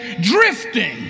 drifting